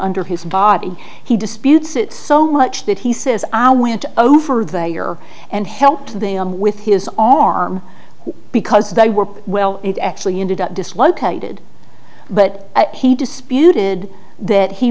under his body he disputes it so much that he says i went over there and helped them with his all arm because they were well it actually ended up dislocated but he disputed that he